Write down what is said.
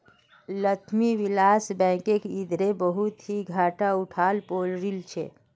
लक्ष्मी विलास बैंकक इधरे बहुत ही घाटा उठवा पो रील छे